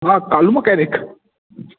हा कालू मकेनिक